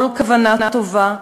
כל כוונה טובה,